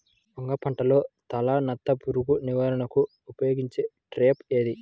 వంగ పంటలో తలనత్త పురుగు నివారణకు ఉపయోగించే ట్రాప్ ఏది?